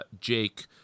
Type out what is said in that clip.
Jake